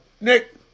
Nick